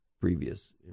previous